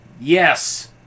Yes